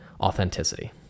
authenticity